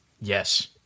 Yes